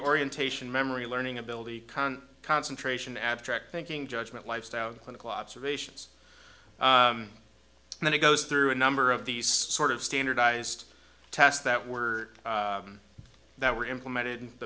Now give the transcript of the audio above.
orientation memory learning ability con concentration abstract thinking judgment lifestyle clinical observations and then it goes through a number of these sort of standardized tests that were that were implemented the